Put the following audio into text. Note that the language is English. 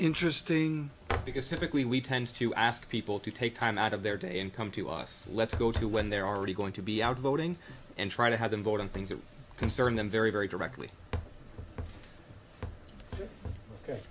interesting because typically we tend to ask people to take time out of their day and come to us let's go to when they're already going to be out voting and try to have them vote on things that concern them very very directly